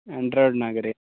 ಆಂಡ್ರಾಯ್ಡ್ನಾಗ ರೀ